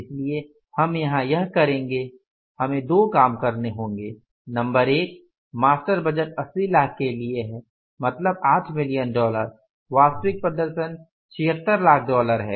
इसलिए हम यहां यह करेंगे हमें दो काम करने होंगे नंबर एक मास्टर बजट 80 लाख के लिए है मतलब 8 मिलियन डॉलर वास्तविक प्रदर्शन 76 लाख डॉलर है